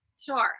Sure